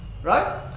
Right